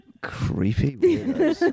creepy